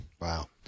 Wow